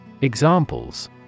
Examples